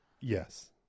yes